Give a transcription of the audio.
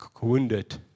wounded